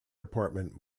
department